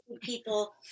people